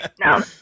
No